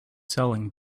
selling